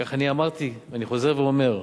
כך אני אמרתי ואני חוזר ואומר: